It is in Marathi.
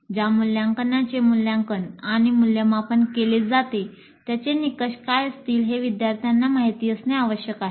ज्या मूल्यांकनाचे मूल्यांकन आणि मूल्यमापन केले जाते त्याचे निकष काय असतील हे विद्यार्थ्यांना माहित असणे आवश्यक आहे